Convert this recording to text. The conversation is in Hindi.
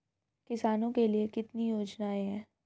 किसानों के लिए कितनी योजनाएं हैं?